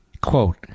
Quote